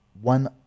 one